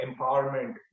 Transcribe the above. empowerment